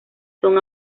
son